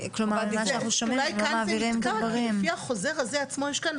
אולי כאן זה נתקע כי בחוזר עצמו זה ישנו.